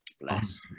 bless